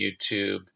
YouTube